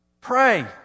Pray